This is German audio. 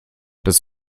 dass